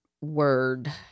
word